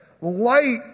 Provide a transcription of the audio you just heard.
Light